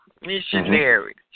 Missionaries